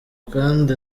kandi